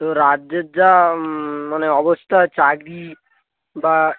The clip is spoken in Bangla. তো রাজ্যের যা মানে অবস্থা চাকরি বা